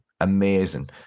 amazing